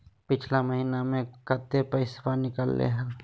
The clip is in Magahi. पिछला महिना मे कते पैसबा निकले हैं?